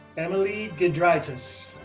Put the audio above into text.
emily giedraitis,